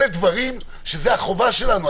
אלה הדברים שאלה החובות שלנו.